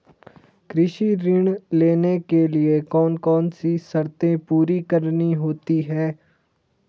कृषि ऋण लेने के लिए कौन कौन सी शर्तें पूरी करनी होती हैं?